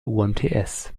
umts